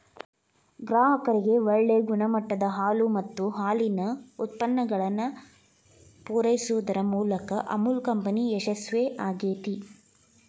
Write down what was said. ಗ್ರಾಹಕರಿಗೆ ಒಳ್ಳೆ ಗುಣಮಟ್ಟದ ಹಾಲು ಮತ್ತ ಹಾಲಿನ ಉತ್ಪನ್ನಗಳನ್ನ ಪೂರೈಸುದರ ಮೂಲಕ ಅಮುಲ್ ಕಂಪನಿ ಯಶಸ್ವೇ ಆಗೇತಿ